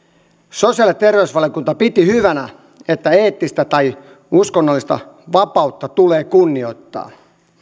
sosiaali ja terveysvaliokunta piti hyvänä että eettistä tai uskonnollista vapautta tulee kunnioittaa